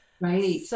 Right